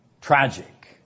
Tragic